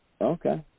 Okay